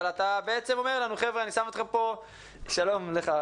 אבל אתה בעצם אומר לנו: חבר'ה אני שם אתכם פה --- שלום לך,